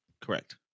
Correct